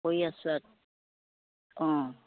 কৰি আছোঁ আ অ'